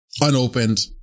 Unopened